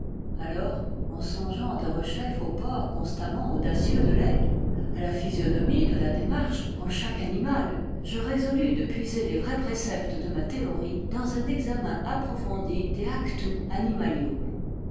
alors en songeant derechef au port constamment audacieux de l'aigle à la physionomie de la démarche en chaque animal je résolus de puiser les vrais préceptes de ma théorie dans un examen approfondi de actu animalium